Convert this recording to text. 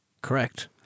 correct